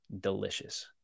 delicious